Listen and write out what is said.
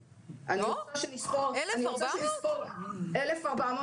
אסור לנו לדבר על האירוע,